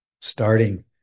starting